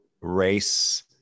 race